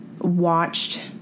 watched